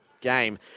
game